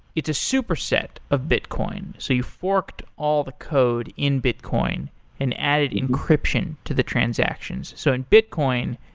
it's a superset of bitcoin. so you forked all the code in bitcoin and added encryption to the transactions. so in bitcoin,